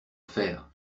faire